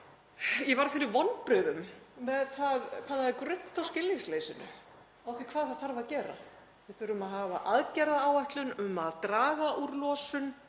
ég varð fyrir vonbrigðum með það hvað það er grunnt á skilningsleysinu á því hvað þarf að gera. Við þurfum að hafa aðgerðaáætlun um að draga úr losun